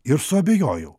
ir suabejojau